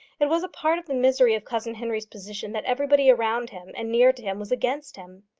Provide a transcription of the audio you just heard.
it was a part of the misery of cousin henry's position that everybody around him and near to him was against him.